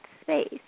space